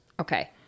okay